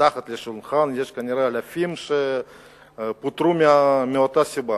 מתחת לשולחן יש כנראה אלפים שפוטרו מאותה סיבה.